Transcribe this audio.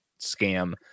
scam